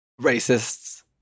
Racists